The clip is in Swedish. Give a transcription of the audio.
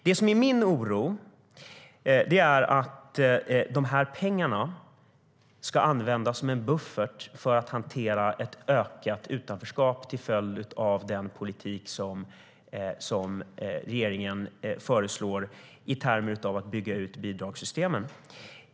Jag är orolig för att pengarna ska användas som en buffert för att hantera ett ökat utanförskap till följd av regeringens föreslagna politik som går ut på att bygga ut bidragssystemen.